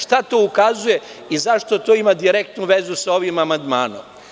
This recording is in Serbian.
Šta to ukazuje i zašto to ima direktnu vezu sa ovim amandmanom?